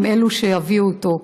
הם אלה שיביאו אותו,